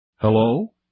Hello